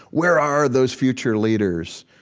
where are those future leaders?